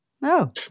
No